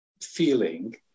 feeling